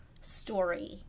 story